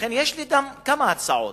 לכן יש כמה הצעות.